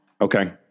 Okay